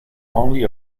only